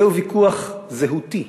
זהו ויכוח זהותי.